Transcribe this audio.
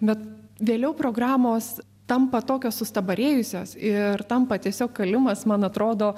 bet vėliau programos tampa tokios sustabarėjusios ir tampa tiesiog kalimas man atrodo